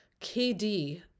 KD